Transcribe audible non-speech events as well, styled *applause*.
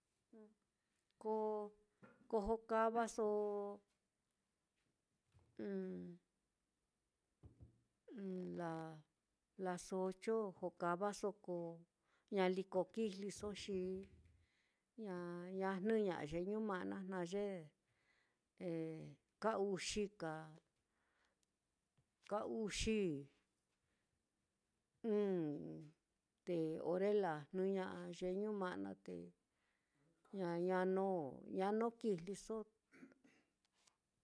Ko *hesitation* ko jokavaso *hesitation* la-las ocho jokavaso ko ñaliko kijliso, xi ña-ña jnɨña'a ye ñuma'na naá ye *hesitation* ka uxi, kaa uxi ɨ́ɨ́n, te ore laa te jnɨña'a ye ñuma'na, te ña nó kijliso.